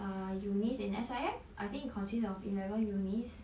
err uni's in S_I_M I think it consists of eleven uni's